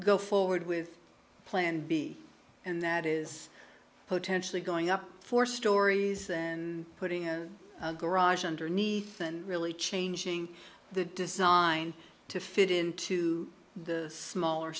go forward with plan b and that is potentially going up for stories and putting a garage underneath and really changing the design to fit into the smaller